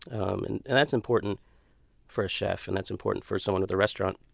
um and and that's important for a chef, and that's important for someone at the restaurant.